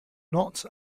not